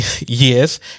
Yes